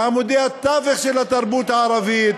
מעמודי התווך של התרבות הערבית,